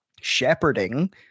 shepherding